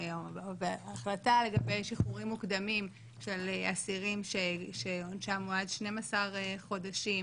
וההחלטה לגבי שחרורים מוקדמים של אסירים שעונשם הוא עד 12 חודשים.